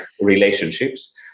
relationships